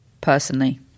personally